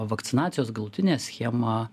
vakcinacijos galutinę schemą